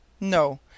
No